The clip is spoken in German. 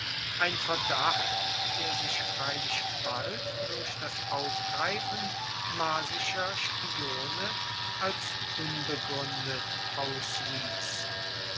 ein verdacht der sich freilich bald durch das aufgreifen marsischer spione als unbegründet auswies